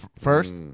first